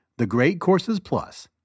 thegreatcoursesplus